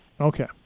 Okay